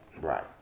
Right